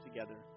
together